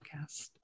podcast